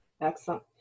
Excellent